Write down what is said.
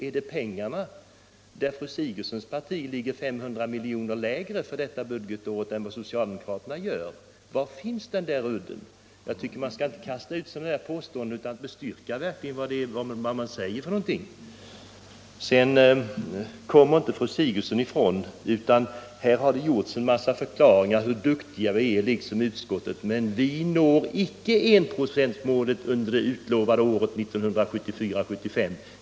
Är det pengarna —- när fru Sigurdsens parti ligger 500 milj.kr.lägre för detta budgetår än vad centern gör? Var finns udden? Jag tycker inte att man skall kasta ut ett sådant påstående utan att verkligen kunna bestyrka det. Fru Sigurdsen kommer inte ifrån att det har gjorts en massa förklaringar om hur duktiga vi är, men faktum är att vi icke når enprocentsmålet under det utlovade budgetåret 1974/75.